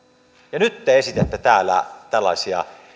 ja nyt te esitätte täällä tällaisia